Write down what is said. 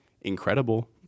incredible